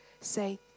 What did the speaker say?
say